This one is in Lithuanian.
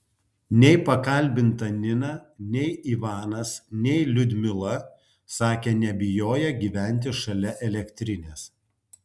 nei pakalbinta nina nei ivanas nei liudmila sakė nebijoję gyventi šalia elektrinės